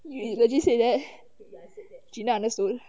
you legit said that gina understood